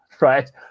right